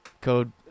Code